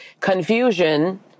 Confusion